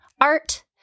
art